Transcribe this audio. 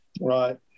Right